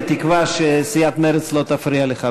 בתקווה שסיעת מרצ לא תפריע לך.